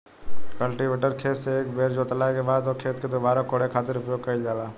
cultivator खेत से एक बेर जोतला के बाद ओ खेत के दुबारा कोड़े खातिर उपयोग कईल जाला